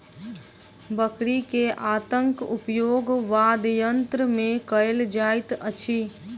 बकरी के आंतक उपयोग वाद्ययंत्र मे कयल जाइत अछि